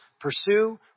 pursue